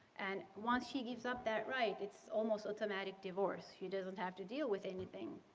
and once he gives up that right, it's almost automatic divorce. he doesn't have to deal with anything,